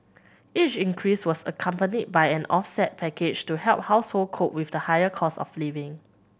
each increase was accompanied by an offset package to help household cope with the higher costs of living